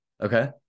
Okay